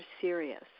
serious